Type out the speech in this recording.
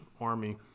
army